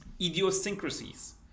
idiosyncrasies